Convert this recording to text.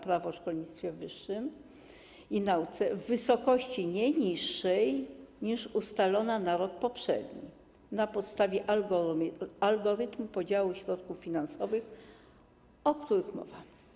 Prawo o szkolnictwie wyższym i nauce w wysokości nie niższej niż ustalona na rok poprzedni na podstawie algorytmu podziału środków finansowych, o których mowa.